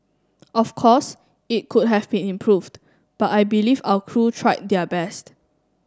of course it could have been improved but I believe our crew tried their best